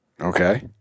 Okay